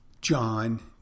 John